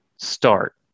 start